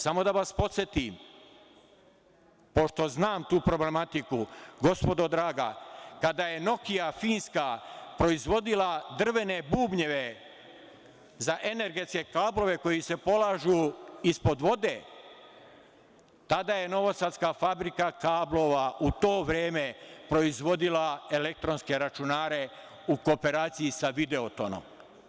Samo da vas podsetim, pošto znam tu problematiku, gospodo draga, kada je finska "Nokija" proizvodila drvene bubnjeve za energetske kablove koji se polažu ispod vode, tada je novosadska Fabrika kablova proizvodila elektronske računare u kooperaciji sa "Videotonom"